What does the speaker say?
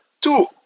two